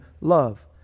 love